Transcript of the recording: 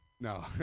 No